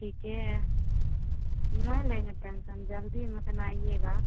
ठीक ही है नहीं लेंगे टेंसन जल्दी लेकिन आइएगा